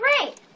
Great